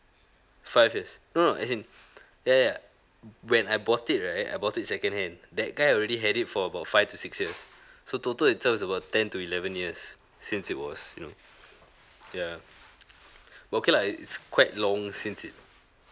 five years no no as in ya ya when I bought it right I bought it second hand that guy already had it for about five to six years so total itself is about ten to eleven years since it was you know yeah but okay lah it's quite long since it